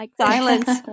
Silence